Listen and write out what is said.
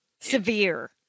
Severe